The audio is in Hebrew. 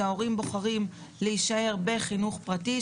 שההורים בוחרים להישאר בחינוך פרטי.